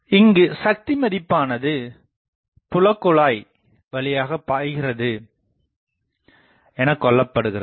இங்குச் சக்தி மதிப்பானது புலகுழாய் வழியாகப் பாய்கிறது எனகொள்ளப்படுகிறது